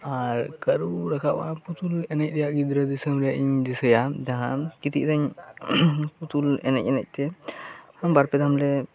ᱟᱨ ᱠᱟᱹᱨᱩ ᱨᱟᱠᱟᱵᱼᱟ ᱯᱩᱛᱩᱞ ᱮᱱᱮᱡ ᱨᱮᱭᱟᱜ ᱜᱤᱫᱽᱨᱟᱹ ᱫᱤᱥᱚᱢ ᱨᱮ ᱤᱧ ᱫᱤᱥᱟᱹᱭᱟ ᱡᱟᱦᱟᱸ ᱠᱟᱹᱴᱤᱡ ᱨᱮᱧ ᱯᱩᱛᱩᱞ ᱮᱱᱮᱡ ᱮᱱᱮᱡ ᱛᱮ ᱵᱟᱨ ᱯᱮ ᱫᱷᱟᱣ ᱞᱮ